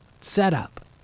setup